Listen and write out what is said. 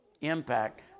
impact